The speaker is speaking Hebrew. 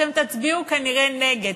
אתם תצביעו כנראה נגד,